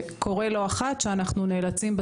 וקורה לא אחת שאנחנו נאלצים לראות